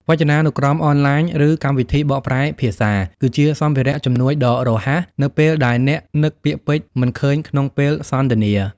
វចនានុក្រមអនឡាញ ឬកម្មវិធីបកប្រែភាសា គឺជាសម្ភារៈជំនួយដ៏រហ័សនៅពេលដែលអ្នកនឹកពាក្យពេចន៍មិនឃើញក្នុងពេលសន្ទនា។